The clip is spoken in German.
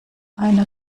einer